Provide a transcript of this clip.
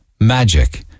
Magic